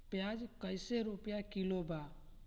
प्याज कइसे रुपया किलो बा?